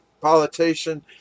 politician